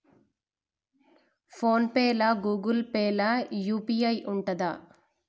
Phone pay లా Google Pay లా UPI ఉంటదా?